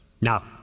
Now